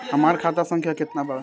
हमार खाता संख्या केतना बा?